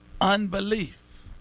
unbelief